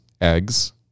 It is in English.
eggs